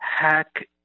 HACK